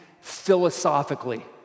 philosophically